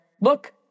look